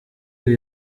ibi